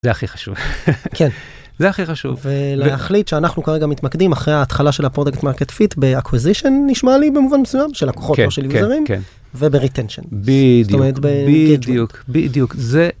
זה הכי חשוב, זה הכי חשוב. ולהחליט שאנחנו כרגע מתמקדים אחרי ההתחלה של הפרודקט מרקט פיט באקוויזיישן נשמע לי במובן מסוים, של הכוחות, לא של יוזרים, ובריטנשן, בדיוק, בדיוק, בדיוק.